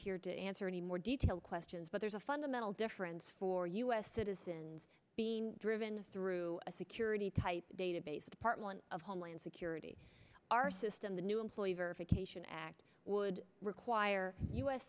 here to answer any more detailed questions but there's a fundamental difference for us citizens being driven through a security type database department of homeland security our system the new employee verification act would require u